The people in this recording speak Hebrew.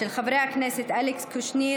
של חברי הכנסת אלכס קושניר,